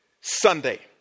sunday